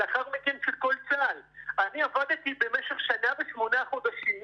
אני עבדתי במשך שנה ושמונה חודשים,